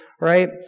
right